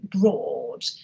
broad